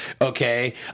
Okay